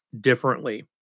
Differently